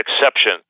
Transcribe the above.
exception